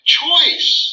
choice